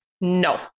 No